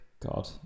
God